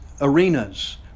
arenas